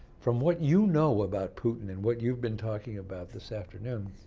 from what you know about putin, and what you've been talking about this afternoon,